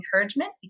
encouragement